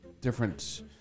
Different